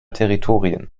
territorien